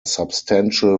substantial